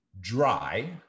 dry